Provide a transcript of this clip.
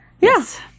Yes